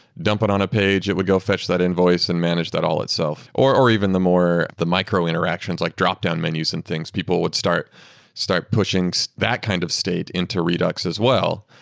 dump it on a page, it would go fetch that invoice and manage that all itself. or or even the more the micro-interactions, like drop-down menus and things. people would start start pushing so that kind of state into redux as well,